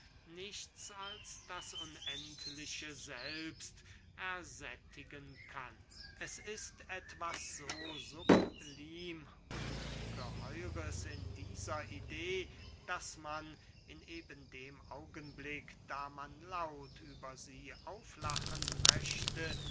nichts als das unendliche selbst ersättigen kann es ist etwas so sublim ungeheures in dieser idee daß man in eben dem augenblick da man laut über sie auslachen möchte